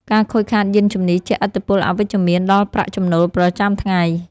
ការខូចខាតយានជំនិះជះឥទ្ធិពលអវិជ្ជមានដល់ប្រាក់ចំណូលប្រចាំថ្ងៃ។